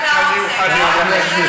שכחת, למה זה קשור?